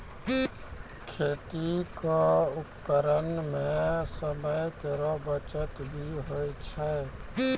खेती क उपकरण सें समय केरो बचत भी होय छै